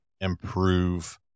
improve